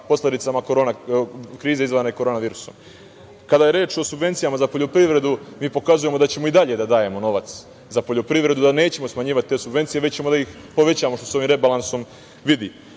posledicama krize izazvane korona virusom. Kada je reč o subvencijama za poljoprivredu, mi pokazujemo da ćemo i dalje da dajemo novac za poljoprivredu, da nećemo smanjivati te subvencije, već ćemo da ih povećamo što se ovim rebalansom